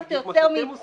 ואז אתה יוצר סתירה.